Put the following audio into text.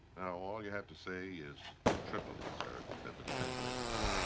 now, all you have to say is tripoli, sir, said the defense secretary.